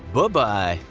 but bye